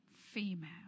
female